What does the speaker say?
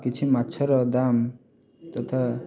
କିଛି ମାଛର ଦାମ ତଥା